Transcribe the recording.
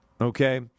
okay